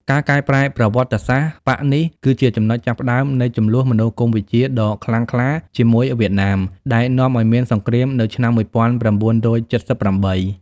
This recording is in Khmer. ការកែប្រែប្រវត្តិសាស្ត្របក្សនេះ ក៏ជាចំណុចចាប់ផ្ដើមនៃជម្លោះមនោគមវិជ្ជាដ៏ខ្លាំងក្លាជាមួយវៀតណាម ដែលនាំឱ្យមានសង្គ្រាមនៅឆ្នាំ១៩៧៨។